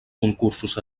concursos